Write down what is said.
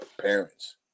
parents